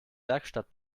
werkstatt